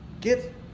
Get